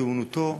גאונותו,